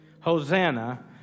Hosanna